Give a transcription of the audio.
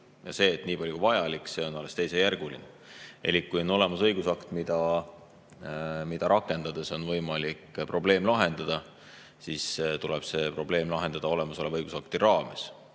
See, et nii palju kui vajalik, on alles teisejärguline. Elik kui on olemas õigusakt, mida rakendades on võimalik probleem lahendada, siis tuleb see probleem lahendada olemasoleva õigusakti raames.